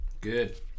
Good